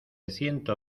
ciento